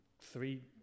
three